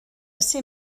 ser